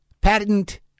patent